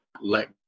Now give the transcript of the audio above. let